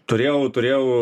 turėjau turėjau